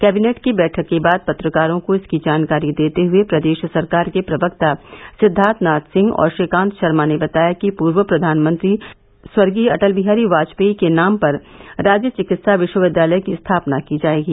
cabinet की बैठक के बाद पत्रकारों को इसकी जानकारी देते हुए प्रदेष सरकार के प्रवक्ता सिद्दार्थनाथ सिंह और श्रीकांत षर्मा ने बताया कि पूर्व प्रधानमंत्री स्वर्गीय अटल बिहारी वाजपेई के नाम पर राज्य चिकित्सा विष्वविद्यालय की स्थापना की जायेगी